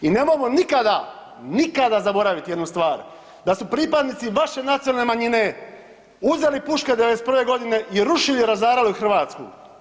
I nemojmo nikada zaboraviti jednu stvar, da su pripadnici vaše nacionalne manjine uzeli puške 91. godine i rušili i razarali Hrvatsku.